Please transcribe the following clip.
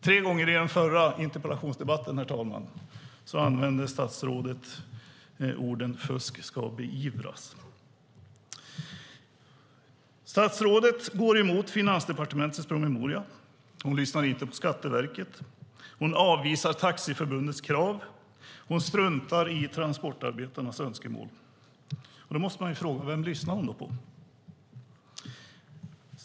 Tre gånger i den förra interpellationsdebatten, herr talman, sade statsrådet att fusk ska beivras. Statsrådet går emot Finansdepartementets promemoria. Hon lyssnar inte på Skatteverket. Hon avvisar Taxiförbundets krav. Hon struntar i transportarbetarnas önskemål. Då måste man fråga: Vem lyssnar hon då på?